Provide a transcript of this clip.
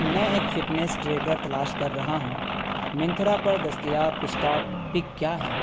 میں ایک fitness tracker تلاش کر رہا ہوں منتھرا پر دستیاب کچھ ٹاپ پک کیا ہیں